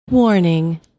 Warning